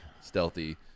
stealthy